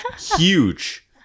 Huge